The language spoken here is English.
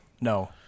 No